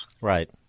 Right